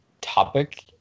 topic